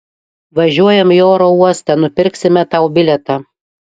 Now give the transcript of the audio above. važiuojam į oro uostą nupirksime tau bilietą